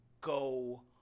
go